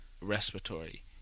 respiratory